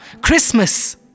Christmas